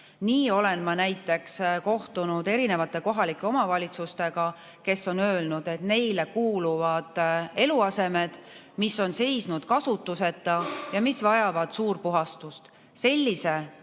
Ma olen kohtunud erinevate kohalike omavalitsustega, kes on öelnud, et neile kuulub eluasemeid, mis on seisnud kasutuseta ja mis vajavad suurpuhastust. Sellise